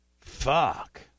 Fuck